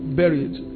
buried